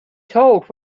told